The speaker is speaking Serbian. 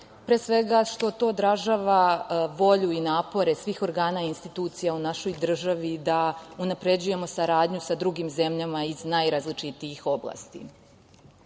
pre svega što to odražava volju i napore svih organa i institucija u našoj državi da unapređujemo saradnju sa drugim zemljama iz najrazličitijih oblasti.S